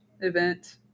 event